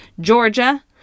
Georgia